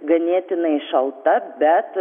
ganėtinai šalta bet